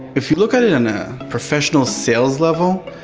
if you look at it on a professional sales level,